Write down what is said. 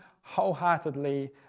wholeheartedly